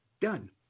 done